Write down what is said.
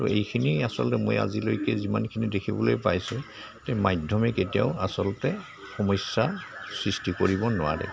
তো এইখিনি আচলতে মই আজিলৈকে যিমানখিনি দেখিবলৈ পাইছোঁ এই মাধ্যমে কেতিয়াও আচলতে সমস্যা সৃষ্টি কৰিব নোৱাৰে